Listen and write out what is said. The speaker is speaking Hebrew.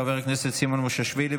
חבר הכנסת סימון מושיאשוילי,